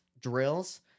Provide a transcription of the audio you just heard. drills